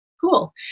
Cool